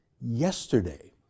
yesterday